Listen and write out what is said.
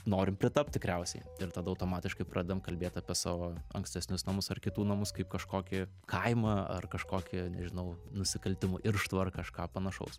norim pritapt tikriausiai ir tada automatiškai pradedam kalbėt apie savo ankstesnius namus ar kitų namus kaip kažkokį kaimą ar kažkokį nežinau nusikaltimų irštvą ar kažką panašaus